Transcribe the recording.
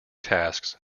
tasks